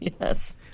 Yes